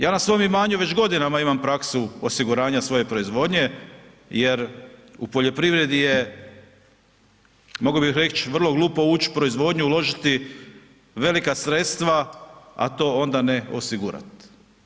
Ja na svom imanju već godinama imam praksu osiguranja svoje proizvodnje jer u poljoprivredi je, mogao bih reć vrlo glupo uć u proizvodnju, uložiti velika sredstva, a to onda ne osigurat.